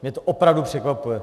Mě to opravdu překvapuje.